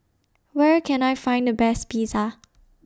Where Can I Find The Best Pizza